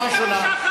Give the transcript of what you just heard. אל תנהלי מלחמה על,